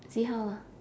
see how ah